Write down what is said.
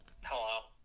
Hello